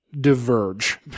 diverge